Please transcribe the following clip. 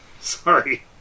Sorry